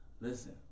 Listen